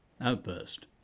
outburst